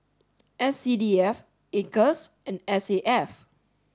S C D F acres and S A F